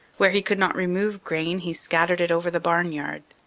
where he could not remove grain he scattered it over the barnyard.